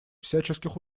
всяческих